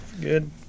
Good